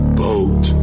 boat